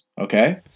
okay